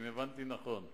אם הבנתי נכון.